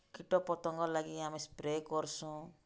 କୀଟ ପତଙ୍ଗ ଲାଗି ଆମେ ସ୍ପ୍ରେ କର୍ସୁଁ